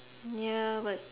ya but